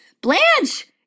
Blanche